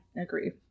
agree